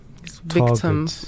victim